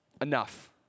enough